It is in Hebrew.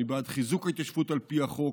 אני בעד חיזוק ההתיישבות על פי החוק,